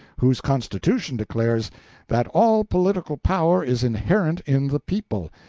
whose constitution declares that all political power is inherent in the people,